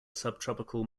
subtropical